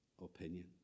opinion